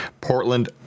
Portland